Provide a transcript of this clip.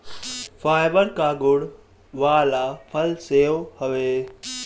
fibre कअ गुण वाला फल सेव हवे